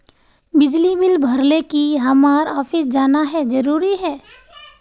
बिजली बिल भरे ले की हम्मर ऑफिस जाना है जरूरी है?